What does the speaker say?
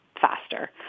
faster